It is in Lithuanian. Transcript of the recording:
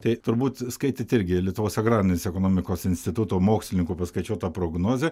tai turbūt skaitėt irgi lietuvos agrarinės ekonomikos instituto mokslininkų paskaičiuotą prognozę